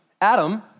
Adam